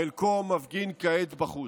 חלקו מפגין כעת בחוץ.